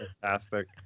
Fantastic